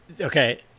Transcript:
okay